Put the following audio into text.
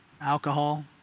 alcohol